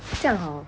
这样好